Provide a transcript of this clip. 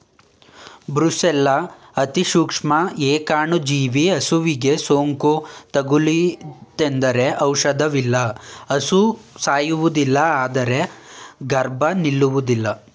brucella ಅತಿಸೂಕ್ಷ್ಮ ಏಕಾಣುಜೀವಿ ಹಸುವಿಗೆ ಸೋಂಕು ತಗುಲಿತೆಂದರೆ ಔಷಧವಿಲ್ಲ ಹಸು ಸಾಯುವುದಿಲ್ಲ ಆದ್ರೆ ಗರ್ಭ ನಿಲ್ಲುವುದಿಲ್ಲ